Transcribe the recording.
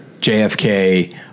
JFK